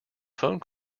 phone